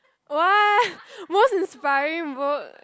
!wah! most inspiring book